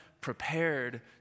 prepared